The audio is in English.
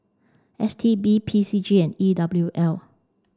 S T B P C G and E W L